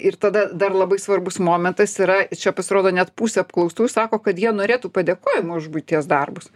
ir tada dar labai svarbus momentas yra čia pasirodo net pusė apklaustųjų sako kad jie norėtų padėkojimo už buities darbus